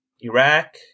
Iraq